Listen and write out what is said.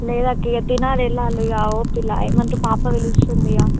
లేదక్కా ఇంకా తినాలి వెళ్ళాలిక ఓపిక లేదు ఏమంటే పాప పిలుస్తుందికా